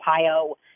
Ohio